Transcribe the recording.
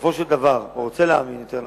שבסופו של דבר, או רוצה להאמין, יותר נכון,